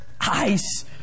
ice